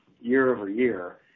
year-over-year